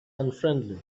unfriendly